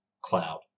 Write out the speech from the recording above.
cloud